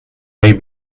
may